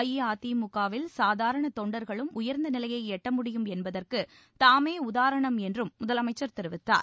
அஇஅதிமுகவில் சாதாரண தொண்டர்களும் உயர்ந்த நிலையை எட்ட முடியும் என்பதற்கு தாமே உதாரணம் என்றும் முதலமைச்சர் தெரிவித்தார்